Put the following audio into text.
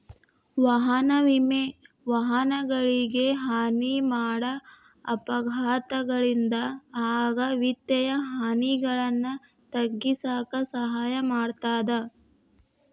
ವಾಹನ ವಿಮೆ ವಾಹನಗಳಿಗೆ ಹಾನಿ ಮಾಡ ಅಪಘಾತಗಳಿಂದ ಆಗ ವಿತ್ತೇಯ ಹಾನಿಗಳನ್ನ ತಗ್ಗಿಸಕ ಸಹಾಯ ಮಾಡ್ತದ